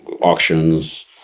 auctions